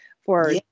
for-